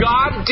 God